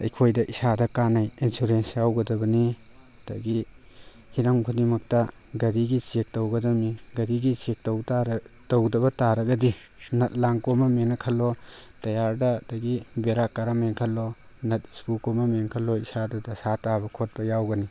ꯑꯩꯈꯣꯏꯗ ꯏꯁꯥꯗ ꯀꯥꯟꯅꯩ ꯏꯟꯁꯨꯔꯦꯟꯁ ꯌꯥꯎꯒꯗꯕꯅꯤ ꯑꯗꯒꯤ ꯍꯤꯔꯝ ꯈꯨꯗꯤꯡꯃꯛꯇ ꯒꯥꯔꯤꯒꯤ ꯆꯦꯛ ꯇꯧꯒꯗꯕꯅꯤ ꯒꯥꯔꯤꯒꯤ ꯆꯦꯛ ꯇꯧ ꯇꯧꯗꯕ ꯇꯥꯔꯒꯗꯤ ꯅꯠ ꯂꯥꯡ ꯀꯣꯝꯃꯝꯃꯦꯅ ꯈꯜꯂꯣ ꯇꯥꯌꯥꯔꯗ ꯑꯗꯒꯤ ꯕꯦꯔꯥ ꯀꯥꯔꯝꯃꯦ ꯈꯜꯂꯣ ꯅꯠ ꯏꯁꯀ꯭ꯔꯨ ꯀꯣꯝꯃꯝꯃꯦ ꯈꯜꯂꯣ ꯏꯁꯥꯗ ꯗꯁꯥ ꯇꯥꯕ ꯈꯣꯠꯄ ꯌꯥꯎꯒꯅꯤ